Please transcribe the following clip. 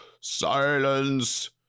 Silence